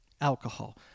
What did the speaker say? Alcohol